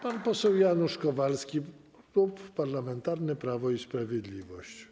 Pan poseł Janusz Kowalski, Klub Parlamentarny Prawo i Sprawiedliwość.